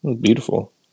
beautiful